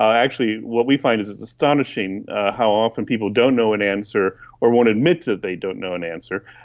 actually what we find is it's astonishing how often people don't know an answer or won't admit that they don't know an answer.